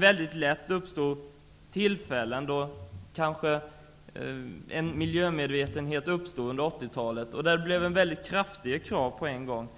Under 80-talet ökade miljömedvetenheten och det ställdes stora krav på en gång.